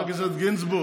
חבר הכנסת גינזבורג,